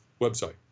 website